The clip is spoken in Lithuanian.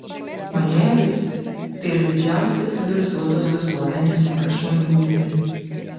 man regis tai yra didžiausia civilizuotos visuomenės prašmatnybė